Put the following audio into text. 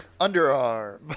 Underarm